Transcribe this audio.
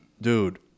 Dude